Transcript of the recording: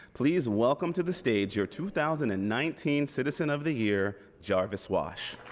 please welcome to the stage your two thousand and nineteen citizen of the year jarvis wash.